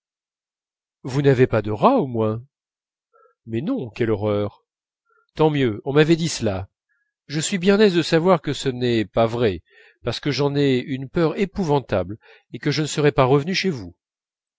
vous n'avez pas de rats au moins mais non quelle horreur tant mieux on m'avait dit cela je suis bien aise de savoir que ce n'est pas vrai parce que j'en ai une peur épouvantable et que je ne serais pas revenue chez vous